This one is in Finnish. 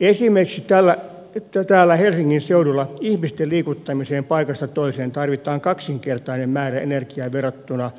esimerkiksi täällä helsingin seudulla ihmisten liikuttamiseen paikasta toiseen tarvitaan kaksinkertainen määrä energiaa verrattuna